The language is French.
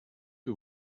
que